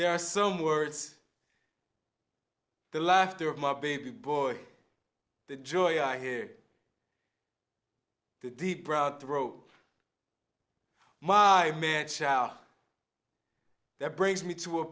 there are some words the laughter of my baby boy the joy i hear the deep route the rope my man shout that brings me to a